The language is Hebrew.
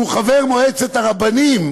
שהוא חבר מועצת הרבנים